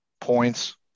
points